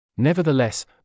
Nevertheless